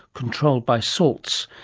controlled by salts,